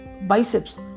biceps